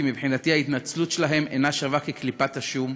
כי מבחינתי ההתנצלות שלהם אינה שווה כקליפת השום,